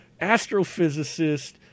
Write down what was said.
astrophysicist